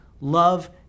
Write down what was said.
Love